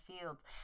fields